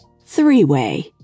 three-way